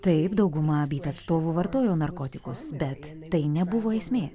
taip dauguma byt atstovų vartojo narkotikus bet tai nebuvo esmė